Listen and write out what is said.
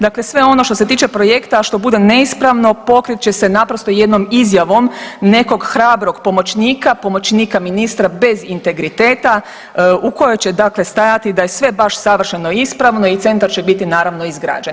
Dakle, sve ono što se tiče projekta a što bude neispravno pokrit će se naprosto jednom izjavom nekog hrabrog pomoćnika, pomoćnika ministra bez integriteta u kojoj će dakle stajati da je sve baš savršeno ispravno i centar će biti naravno izgrađen.